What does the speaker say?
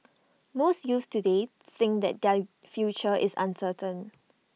most youths today think that their future is uncertain